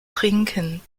trinken